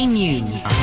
News